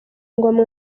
ingoma